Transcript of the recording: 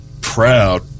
proud